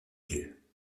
lieu